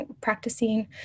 practicing